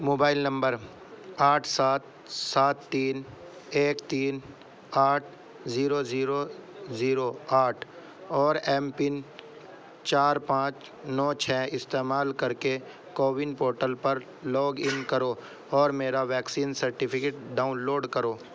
mobile number آٹھ سات سات تین ایک تین آٹھ زیرو زیرو زیرو آٹھ اور ایم پن چار پانچ نو چھ استعمال کر کے کوون پورٹل پر لاگ ان کرو اور میرا ویکسین سرٹیفکیٹ ڈاؤن لوڈ کرو